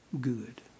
Good